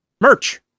Merch